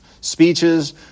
speeches